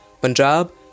Punjab